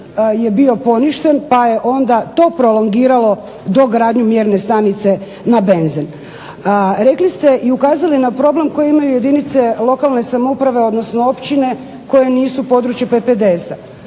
je bio poništen pa je onda to prolongiralo dogradnju mjerne stanice na benzen. Rekli ste i ukazali na problem koji imaju jedinice lokalne samouprave, odnosno općine koje nisu područje PPDS-a.